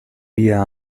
via